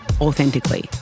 authentically